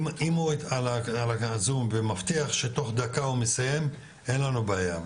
אם הוא בזום ומבטיח שתוך דקה הוא מסיים אין לנו בעיה,